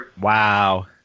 Wow